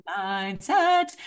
mindset